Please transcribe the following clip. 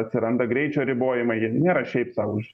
atsiranda greičio ribojimai jie nėra šiaip sau už